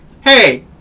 Hey